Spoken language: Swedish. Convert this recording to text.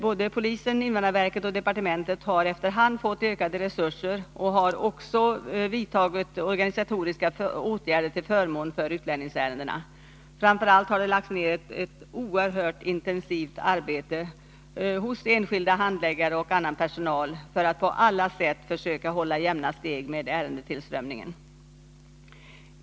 Polisen, invandrarverket och departementet har efter hand fått ökade resurser och har också vidtagit organisatoriska åtgärder till förmån för utlänningsärendena. Framför allt har enskilda handläggare och annan personal lagt ned ett oerhört intensivt arbete för att på alla sätt försöka hålla jämna steg med ärendetillströmningen.